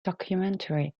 documentary